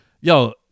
yo